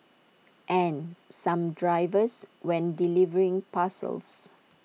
and some drivers when delivering parcels